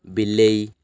ବିଲେଇ